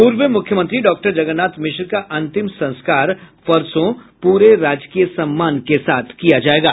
पूर्व मुख्यमंत्री डॉक्टर जगन्नाथ मिश्र का अंतिम संस्कार परसों पूरे राजकीय सम्मान के साथ किया जायेगा